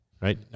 Right